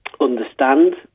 understand